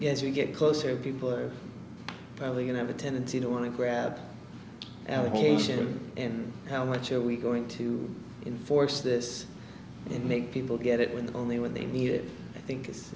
as we get closer people are probably going to have a tendency to want to grab allocation and how much are we going to enforce this and make people get it with only what they need it i think i